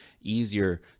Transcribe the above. easier